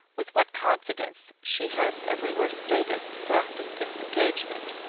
with what confidence she has everywhere stated the fact of this engagement,